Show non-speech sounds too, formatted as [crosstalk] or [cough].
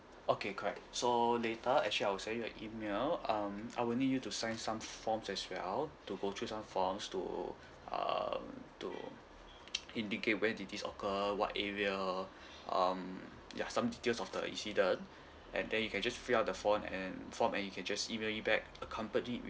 okay correct so later actually I will send your a email um I will need you to sign some forms as well to go through some forms to um to indicate where did this occurred what area [breath] um ya some details of the incident and then you can just fill up the form and form and you can just email me back accompanied